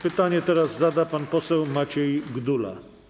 Pytanie teraz zada pan poseł Maciej Gdula.